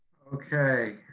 okay,